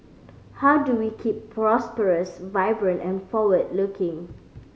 how do we keep prosperous vibrant and forward looking